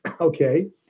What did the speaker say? Okay